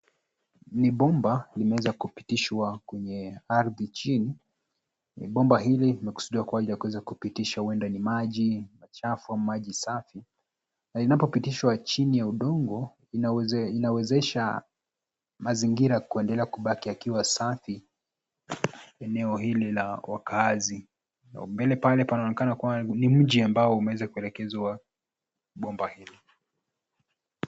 Ni bomba limeweza kupitishwa kwenye ardhi chini, bomba hili limekusudiwa kuweza kupitisha huenda ni maji machafu, au ni maji safi na inapopitishwa chini ya udongo inawezesha mazingira kuendelea kubaki yakiwa safi eneo hili la wakaazi. Mbele pale panaonekana ni mji ambao umeweza kuelekezwa bomba hili.